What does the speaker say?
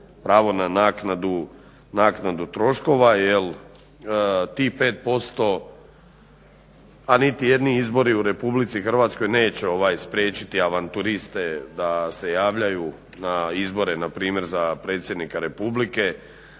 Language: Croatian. pravo na naknadu troškova jer tih 5%, a niti jedni izbori u Republici Hrvatskoj neće spriječiti avanturiste da se javljaju na izbore npr. za predsjednika Republike,